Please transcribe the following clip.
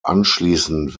anschließend